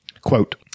quote